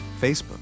Facebook